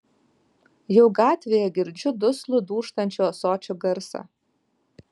jau gatvėje girdžiu duslų dūžtančio ąsočio garsą